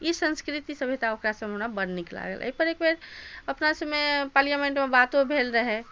ई सन्स्कृति सभ्यता ओकरा सभमे हमरा सभ बड़ नीक लागल अछि पर एक बेर अपना सभमे पर्लियामेन्टमे बातो भेल रहै